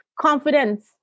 confidence